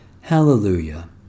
Hallelujah